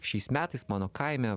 šiais metais mano kaime